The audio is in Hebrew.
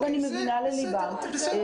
זה לא